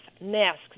masks